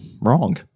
wrong